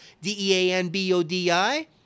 D-E-A-N-B-O-D-I